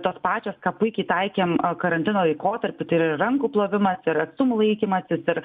tos pačios ką puikiai taikėm karantino laikotarpiu tai ir rankų plovimas ir atstumų laikymasis ir